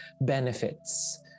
benefits